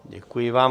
Děkuji vám.